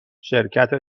شرکت